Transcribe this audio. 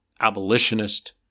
abolitionist